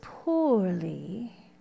Poorly